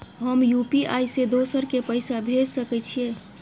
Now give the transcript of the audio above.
हम यु.पी.आई से दोसर के पैसा भेज सके छीयै?